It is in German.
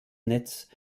netz